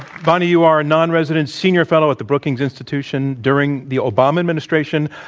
bonnie, you are a non-resident senior fellow at the brookings institution. during the obama administration,